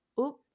oop